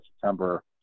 september